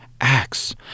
acts